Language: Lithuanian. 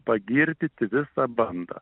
pagirdyti visą bandą